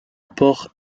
port